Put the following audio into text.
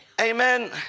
amen